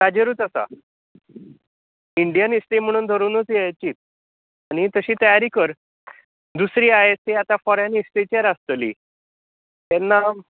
ताजेरूच आसा Indian history म्हणनूत हे धरूनच चीत आनी तशी तयारी कर दुसरी आय एस ए आतां फॉरेन हिस्ट्रीचेर आसतली तेन्ना